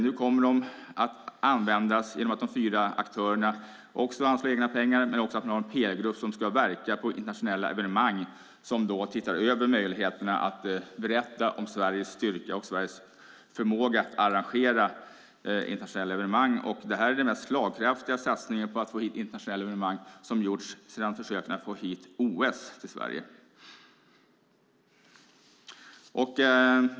Nu kommer de att användas genom att de fyra aktörerna också anslår egna pengar, men även genom att man har en PR-grupp som ska verka på internationella evenemang och som tittar över möjligheterna att berätta om Sveriges styrka och Sveriges förmåga att arrangera internationella evenemang. Detta är den slagkraftigaste satsning på att få hit internationella evenemang som gjorts sedan försöken att få hit OS till Sverige.